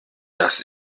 das